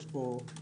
יש פה מפגש